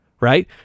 right